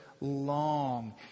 long